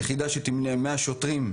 זאת יחידה שתמנה 100 שוטרים.